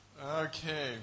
Okay